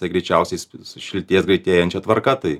tai greičiausiai jis šlytės greitėjančia tvarka tai